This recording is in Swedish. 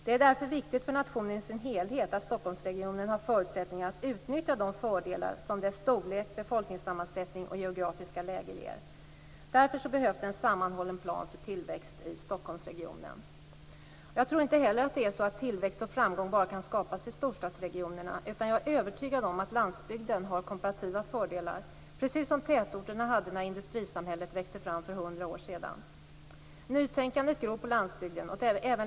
Det är därför viktigt för nationen i sin helhet att Stockholmsregionen har förutsättningar att utnyttja de fördelar som dess storlek, befolkningssammansättning och geografiska läge ger. Därför behövs en sammanhållen plan för tillväxt i Stockholmsregionen. Jag tror inte heller att det är så att tillväxt och framgång bara kan skapas i storstadsregionerna, utan jag är övertygad om att landsbygden har komparativa fördelar, precis som tätorterna hade när industrisamhället växte fram för 100 år sedan. Nytänkandet gror på landsbygden.